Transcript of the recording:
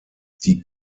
die